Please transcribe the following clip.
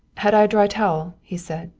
had i a dry towel, he said,